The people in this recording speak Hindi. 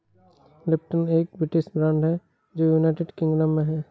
लिप्टन एक ब्रिटिश ब्रांड है जो यूनाइटेड किंगडम में है